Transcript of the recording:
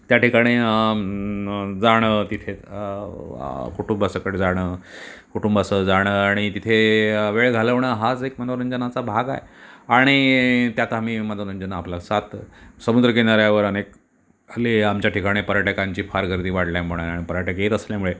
त्या ठिकाणी जाणं तिथे कुटुंबासकट जाणं कुटुंबासह जाणं आणि तिथे वेळ घालवणं हाच एक मनोरंजनाचा भाग आहे आणि त्यात आम्ही मनोरंजन आपलं साधतं समुद्रकिनाऱ्यावर अनेक हल्ली आमच्या ठिकाणी पर्यटकांची फार गर्दी वाढल्यामुळे आणि पर्यटक येत असल्यामुळे